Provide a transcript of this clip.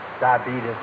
diabetes